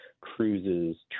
cruises